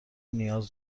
نیاز